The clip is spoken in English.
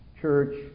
church